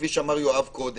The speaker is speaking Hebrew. כפי שאמר יואב קודם.